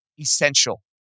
essential